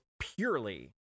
purely